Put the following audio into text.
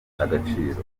agaciro